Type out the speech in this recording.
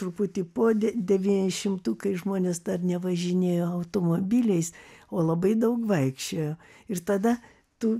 truputį po de devyniasdešimtų kai žmonės dar nevažinėjo automobiliais o labai daug vaikščiojo ir tada tu